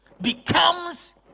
becomes